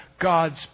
God's